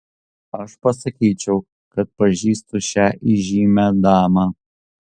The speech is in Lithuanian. aš pasakyčiau kad pažįstu šią įžymią damą